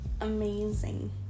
amazing